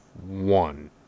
one